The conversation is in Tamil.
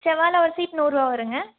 செவ்வாழை ஒரு சீப்பு நூறுரூவா வருங்க